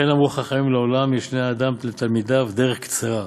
וכן אמרו חכמים: לעולם ישנה אדם לתלמידיו דרך קצרה.